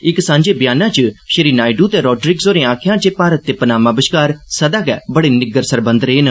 इक सांझे बयान च श्री नायडू ते रोडरिंगस होरे आक्खेआ जे भारत ते पनामा बश्कार सदा गै बड़े निग्गर सरबंघ रेह न